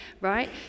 right